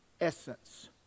essence